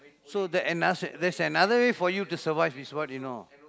so that another there's another way for you to survive is what you know